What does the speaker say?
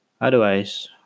otherwise